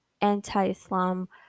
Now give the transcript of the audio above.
anti-Islam